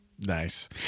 Nice